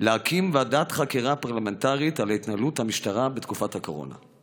להקים ועדת חקירה פרלמנטרית על התנהלות המשטרה בתקופת הקורונה.